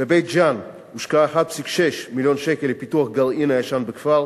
בבית-ג'ן הושקעו 1.6 מיליון שקל לפיתוח הגרעין הישן בכפר,